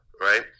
right